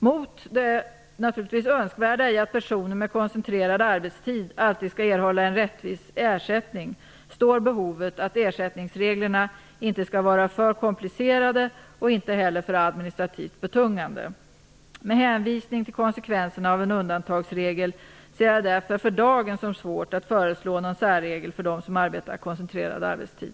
Mot det önskvärda i att personer med koncentrerad arbetstid alltid skall erhålla en rättvis ersättning står behovet att ersättningsreglerna inte skall vara för komplicerade och inte heller för administrativt betungande. Med hänvisning till konsekvenserna av en undantagsregel ser jag det därför för dagen som svårt att föreslå någon särregel för dem som arbetar koncentrerad arbetstid.